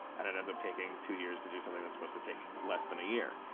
and it ends up taking two years to do something that's supposed to take less than a year.